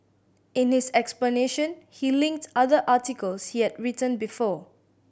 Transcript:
in his explanation he linked other articles he has written before